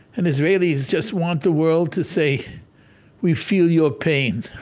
and israelis just want the world to say we feel your pain.